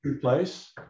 place